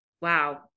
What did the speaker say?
wow